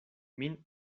min